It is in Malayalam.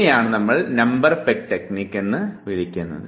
ഇതിനെയാണ് നമ്പർ പെഗ് ടെക്നിക്ക് എന്ന് വിളിക്കുന്നത്